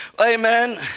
amen